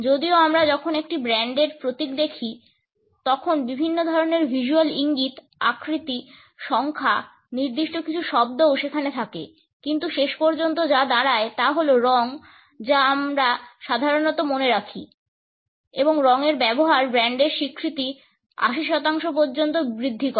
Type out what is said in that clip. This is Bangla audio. যদিও আমরা যখন একটি ব্র্যান্ডের প্রতীক দেখি তখন বিভিন্ন ধরনের ভিজ্যুয়াল ইঙ্গিত আকৃতি সংখ্যা নির্দিষ্ট কিছু শব্দও সেখানে থাকে কিন্তু শেষ পর্যন্ত যা দাঁড়ায় তা হল রঙ যা আমরা সাধারণত মনে রাখি এবং রঙের ব্যবহার ব্র্যান্ডের স্বীকৃতি 80 শতাংশ পর্যন্ত বৃদ্ধি করে